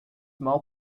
mal